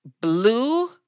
blue